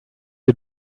you